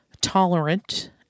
tolerant